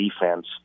defense